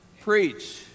preach